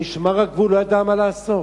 משמר הגבול לא ידע מה לעשות.